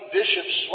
bishops